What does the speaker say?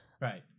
Right